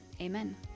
Amen